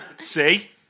See